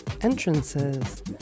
entrances